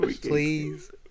Please